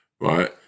Right